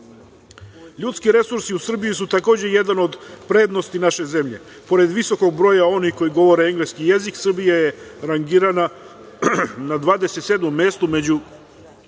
resursi u Srbiji su takođe jedan od prednosti naše zemlje. Pored visokog broja onih koji govore engleski jezik Srbija je rangirana na 27 mesto među